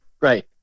Right